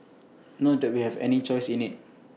not that we had any choice in IT